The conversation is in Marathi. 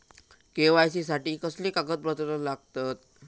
के.वाय.सी साठी कसली कागदपत्र लागतत?